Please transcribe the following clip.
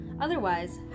Otherwise